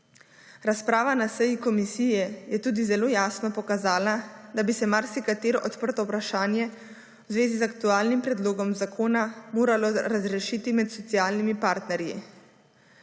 Razprava ne seji komisije je tudi zelo jasno pokazala, da bi se marsikatero odprto vprašanje v zvezi z aktualnim predlogom zakona moralo razrešiti med socialnimi partnerji.